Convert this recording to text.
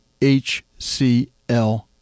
HCL